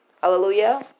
Hallelujah